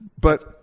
But-